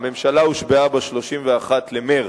הממשלה הושבעה ב-31 במרס,